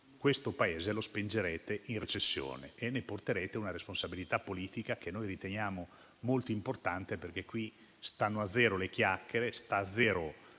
questo Paese lo spingerete in recessione e ne porterete una responsabilità politica, che riteniamo molto importante. Qui stanno a zero le chiacchiere e sta a zero